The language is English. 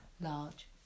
large